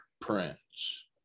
prince